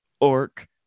orc